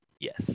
Yes